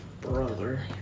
brother